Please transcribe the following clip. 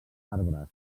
arbres